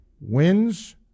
Wins